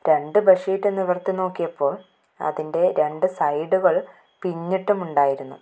രണ്ടു ബെഡ്ഷീറ്റ് നിവര്ത്തി നോക്കിയപ്പോള് അതിന്റെ രണ്ടു സൈഡുകള് പിന്നിയിട്ടുമുണ്ടായിരുന്നു